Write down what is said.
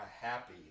happy